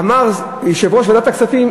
אמר יושב-ראש ועדת הכספים,